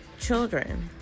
children